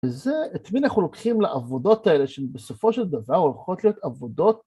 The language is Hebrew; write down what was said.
וזה את מי אנחנו לוקחים לעבודות האלה שבסופו של דבר הולכות להיות עבודות...